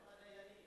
מה עם הדיינים?